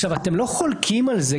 אתם לא חולקים על זה,